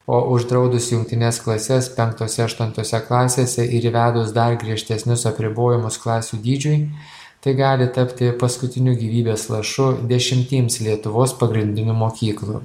o uždraudus jungtines klases penktose aštuntose klasėse ir įvedus dar griežtesnius apribojimus klasių dydžiui tai gali tapti paskutiniu gyvybės lašu dešimtims lietuvos pagrindinių mokyklų